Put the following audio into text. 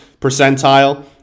percentile